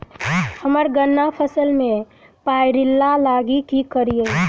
हम्मर गन्ना फसल मे पायरिल्ला लागि की करियै?